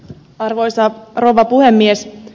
arvoisa rouva puhemies